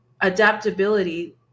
adaptability